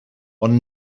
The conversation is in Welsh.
ond